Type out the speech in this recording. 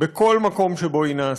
בכל מקום שבו היא נעשית,